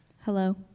Hello